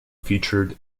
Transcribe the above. featured